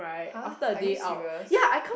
!huh! are you serious